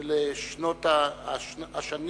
של השנים